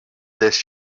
this